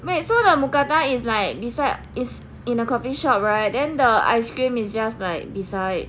wait so the mookata is like beside is in a coffee shop right then the ice cream is just right beside